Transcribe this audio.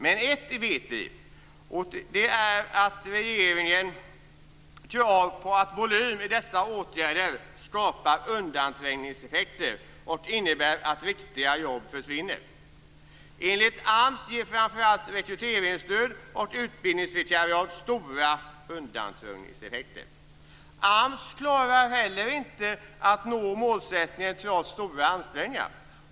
Men ett vet vi, och det är att regeringens krav på volym i dessa åtgärder skapar undanträngningseffekter. Det innebär att riktiga jobb försvinner. Enligt AMS ger framför allt rekryteringsstöd och utbildningsvikariat stora undanträngningseffekter. AMS klarar heller inte att nå målsättningen, trots stora ansträngningar.